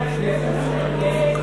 ההסכם שייחתם יהיה בניגוד לחוק.